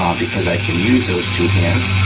because i can use those two hands.